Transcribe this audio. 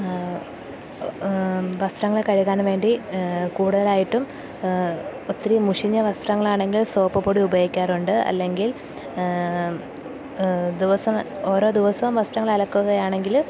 വസ്ത്രങ്ങള് കഴുകാന് വേണ്ടി കൂടുതലായിട്ടും ഒത്തിരി മുഷിഞ്ഞ വസ്ത്രങ്ങളാണെങ്കിൽ സോപ്പ് പൊടി ഉപയോഗിക്കാറുണ്ട് അല്ലെങ്കിൽ ദിവസം ഓരോ ദിവസവും വസ്ത്രങ്ങൾ അലക്കുകയാണെങ്കില്